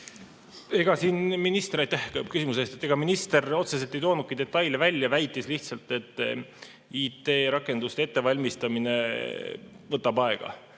vastu võtta. Aitäh küsimuse eest! Ega minister otseselt ei toonudki detaile välja, väitis lihtsalt, et IT‑rakenduste ettevalmistamine võtab aega